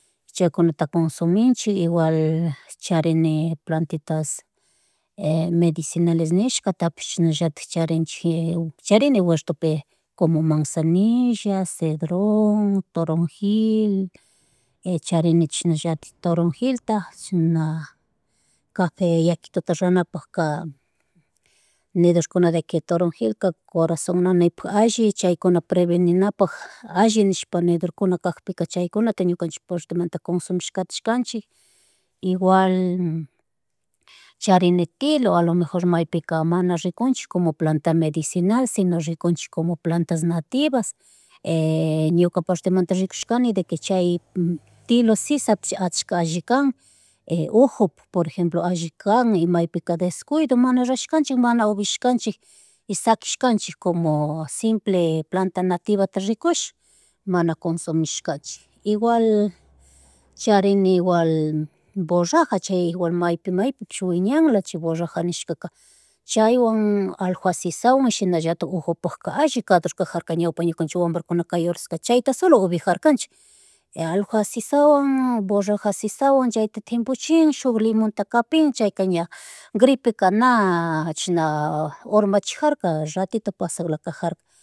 Chaykunataka kunshuminchik igual charini plantitas medicinales nishkatapish chashnallatik charichik charini huertopi como manzanilla, cedrón, toronjil, charini chasna toronjilta chashna cafe yakituta ranapaka nedorkuna de que toronjilka corazón nanakpuk alli chaykuna preveninapak alli nishpa nedor kuna kakpika chaykunata ñukanchik partimanta consumishkatishkanchik igual charini, tilo, alomejro maypika mana riknchik como planta medicinal sino rikunchik como plantas nativas, ñukapartemanta rikushkani de que chay tilo sisata akca alli kan ujupuk por ejemplo: alli kan maypika descuydo mana rashkanchik, mana upiashkanchik, y sakishkanchik como simple planta nativa rikush mana konsumishkanchik igual, charini igual borraja chay igual maypi, maypipish wiñanla chay borraja nishkaka chaywan aljua sisawan shinallatik ojupuka alli kadorkajarka ñaewpa ñukanchi wambra kuna kay huras chayta solo upiarjakanchik. Aljua sisawan borraja sisawan chayta timbuchin suk limonta kapin chayka ña, gripe ka na chishna urmachijarka ratitu pasharlakajarka